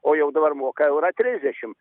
o jau dabar moka eurą trisdešim